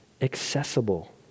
accessible